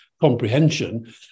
comprehension